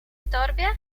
torbie